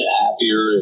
happier